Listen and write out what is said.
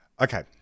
Okay